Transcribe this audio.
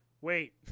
Wait